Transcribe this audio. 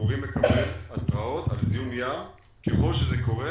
אמורים לקבל התרעות על זיהום ים ככל שזה קורה